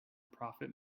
profit